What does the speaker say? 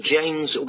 James